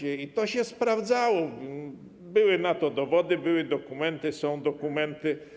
I to się sprawdzało, były na to dowody, były dokumenty, są dokumenty.